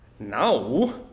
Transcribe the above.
Now